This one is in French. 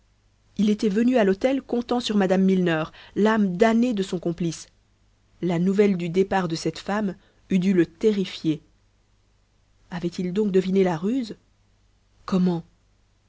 il était venu à l'hôtel comptant sur mme milner l'âme damnée de son complice la nouvelle du départ de cette femme eût dû le terrifier avait-il donc deviné la ruse comment